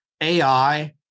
AI